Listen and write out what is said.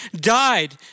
died